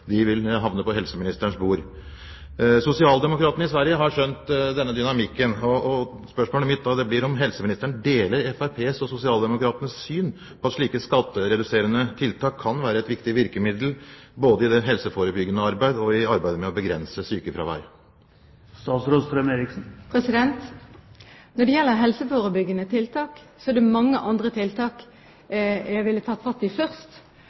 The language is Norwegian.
vil havne på helseministerens bord. Sosialdemokratene i Sverige har skjønt denne dynamikken. Spørsmålet mitt blir om helseministeren deler Fremskrittspartiets og de svenske sosialdemokratenes syn på at slike skattereduserende tiltak kan være et viktig virkemiddel, både i det helseforebyggende arbeidet og i arbeidet med å begrense sykefraværet. Når det gjelder helseforebygging, er det mange andre tiltak jeg ville tatt fatt i først.